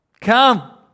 come